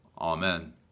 Amen